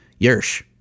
Yersh